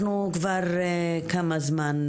אנחנו כבר כמה זמן,